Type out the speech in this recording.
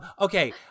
Okay